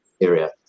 area